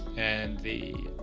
and the.